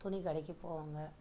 துணிக்கடைக்குப் போவாங்கள்